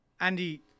Andy